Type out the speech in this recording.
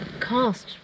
cast